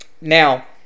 Now